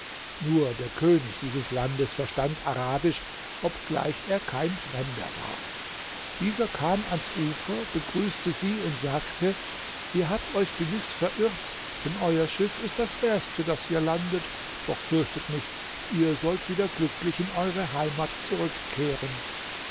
nur der könig dieses landes verstand arabisch obgleich er kein fremder war dieser kam ans ufer begrüßte sie und sagte ihr habt euch gewiß verirrt denn euer schiff ist das erste das hier landet doch fürchtet nichts ihr sollt wieder glücklich in eure heimat zurückkehren